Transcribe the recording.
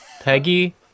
Peggy